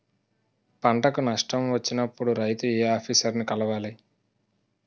పంటకు నష్టం వచ్చినప్పుడు రైతు ఏ ఆఫీసర్ ని కలవాలి?